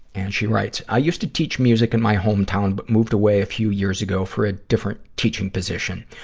and she writes, i used to teach music in my hometown, but moved away a few years ago for a different teaching position.